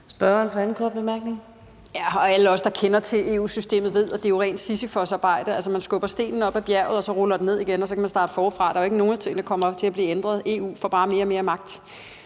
spørgeren for sin anden korte bemærkning. Kl. 14:32 Mette Thiesen (DF): Alle os, der kender til EU-systemet, ved, at det jo er rent sisyfosarbejde: Man skubber stenen op ad bjerget, så ruller den ned igen, og så kan man starte forfra. Der er jo ikke nogen ting, der kommer til at blive ændret. EU får bare mere og mere magt.